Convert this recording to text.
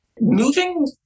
moving